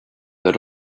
that